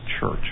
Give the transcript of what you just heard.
church